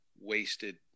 wasted